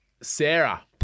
Sarah